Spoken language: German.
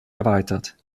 erweitert